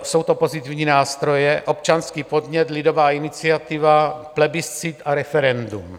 Jsou to pozitivní nástroje: občanský podnět, lidová iniciativa, plebiscit a referendum.